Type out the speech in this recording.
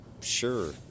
sure